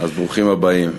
אז ברוכים הבאים.